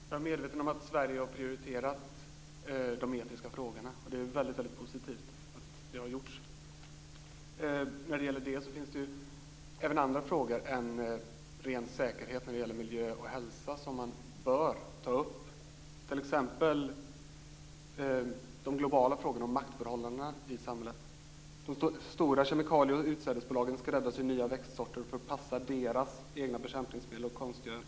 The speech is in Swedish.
Fru talman! Jag är medveten om att Sverige har prioriterat de etiska frågorna. Det är väldigt positivt. Det finns även andra frågor än ren säkerhet för miljö och hälsa som man bör ta upp, t.ex. de globala frågorna om maktförhållandena i samhället. De stora kemikalie och utsädesbolagen skräddarsyr nya växtsorter för att passa deras egna bekämpningsmedel och konstgödning.